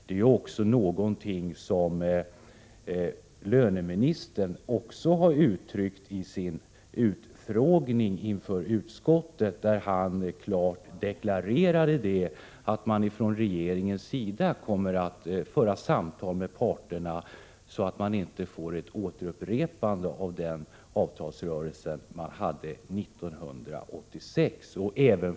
Detta är någonting som löneministern också har uttryckt önskemål om vid utfrågningen i utskottet, där han klart deklarerade att regeringen kommer att föra samtal med parterna, så att det inte blir en upprepning av den avtalsrörelse som förekom 1986.